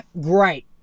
great